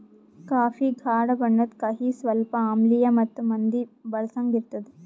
coffee ಗಾಢ ಬಣ್ಣುದ್, ಕಹಿ, ಸ್ವಲ್ಪ ಆಮ್ಲಿಯ ಮತ್ತ ಮಂದಿ ಬಳಸಂಗ್ ಇರ್ತದ